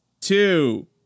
Two